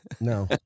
no